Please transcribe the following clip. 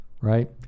right